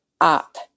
up